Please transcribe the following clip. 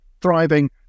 thriving